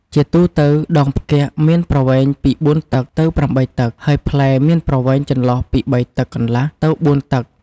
ជាទូទៅ ដងផ្គាក់មានប្រវែងពី ៤ តឹកទៅ ៨ តឹក ហើយផ្លែមានប្រវែងចន្លោះពី ៣ តឹកកន្លះទៅ ៤ តឹក ។